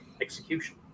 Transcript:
execution